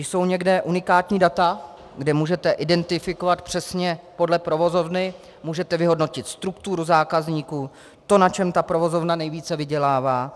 Jsou někde unikátní data, kde můžete identifikovat přesně podle provozovny, můžete vyhodnotit strukturu zákazníků, to, na čem ta provozovna nejvíce vydělává?